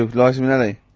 ah liza minnelli?